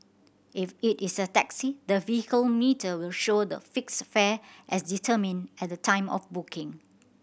if it is a taxi the vehicle meter will show the fixed fare as determined at the time of booking